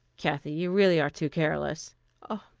kathy, you really are too careless oh,